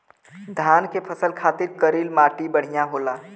धान के फसल खातिर करील माटी बढ़िया होला